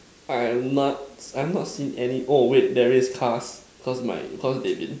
I'm not I have not seen any oh wait there's cars cause me cause they have been